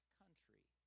country